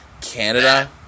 Canada